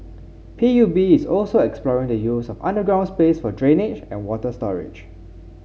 P U B is also exploring the use of underground space for drainage and water storage